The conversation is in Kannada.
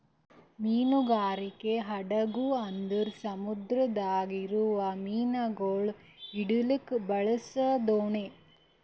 ಮೀನುಗಾರಿಕೆ ಹಡಗು ಅಂದುರ್ ಸಮುದ್ರದಾಗ್ ಇರವು ಮೀನುಗೊಳ್ ಹಿಡಿಲುಕ್ ಬಳಸ ದೋಣಿ